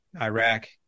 Iraq